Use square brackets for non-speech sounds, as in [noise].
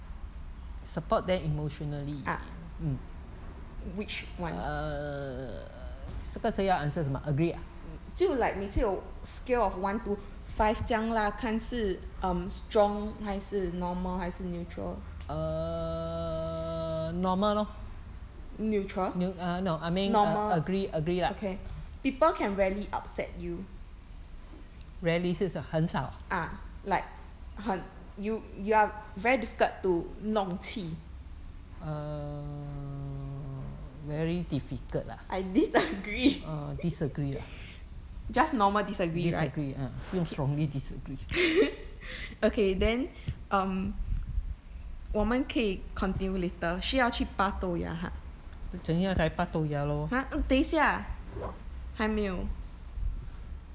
ah which one mm 就 like 每次有 on a scale of one to five 这样啦看是 um strong 还是 normal 还是 neutral neutral normal okay people can rarely upset you ah like 很 you you are very difficult to 弄气 I disagree [laughs] just normal disagree right [laughs] okay then um 我们可以 continue later 需要去拔豆芽 ah !huh! 等一下还没有